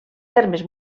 termes